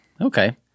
Okay